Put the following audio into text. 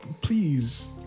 please